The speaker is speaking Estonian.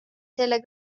selle